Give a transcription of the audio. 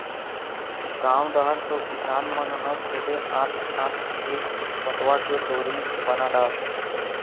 गाँव डहर तो किसान मन ह खुदे आंट आंट के पटवा के डोरी बना डारथे